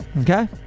Okay